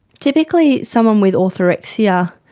typically someone with orthorexia